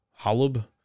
Holub